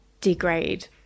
degrade